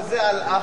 מה זה "אל-אח'"?